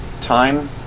time